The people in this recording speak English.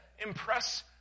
Impress